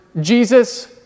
Jesus